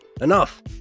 Enough